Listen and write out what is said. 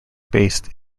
based